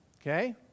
Okay